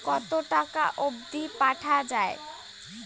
কতো টাকা অবধি পাঠা য়ায়?